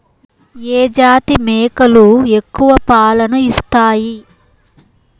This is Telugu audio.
ఏ జాతి మేకలు ఎక్కువ పాలను ఇస్తాయి?